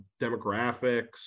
demographics